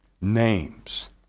names